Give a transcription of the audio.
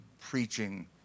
preaching